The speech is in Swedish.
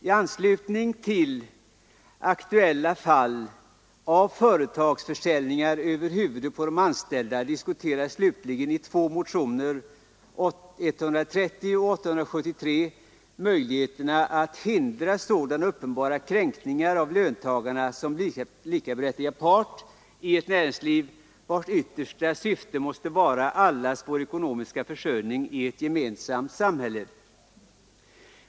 I anslutning till aktuella fall av företagsförsäljningar över huvudet på de anställda diskuteras slutligen i två motioner — nr 130 och 873 — möjligheterna att hindra uppenbara kränkningar av löntagarna som likaberättigad part i ett näringsliv, vars yttersta syfte måste vara allas vår ekonomiska försörjning i ett gemensamt samhälle.